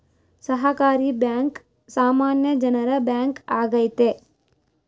ಸಹಕಾರಿ ಬ್ಯಾಂಕ್ ಸಾಮಾನ್ಯ ಜನರ ಬ್ಯಾಂಕ್ ಆಗೈತೆ